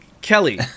Kelly